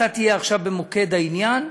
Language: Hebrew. אתה תהיה עכשיו במוקד העניין,